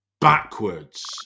backwards